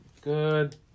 Good